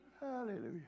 Hallelujah